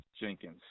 Jenkins